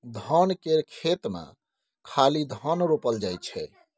धान केर खेत मे खाली धान रोपल जाइ छै